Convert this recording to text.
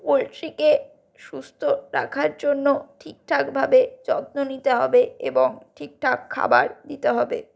পোলট্রিকে সুস্থ রাখার জন্য ঠিকঠাকভাবে যত্ন নিতে হবে এবং ঠিকঠাক খাবার দিতে হবে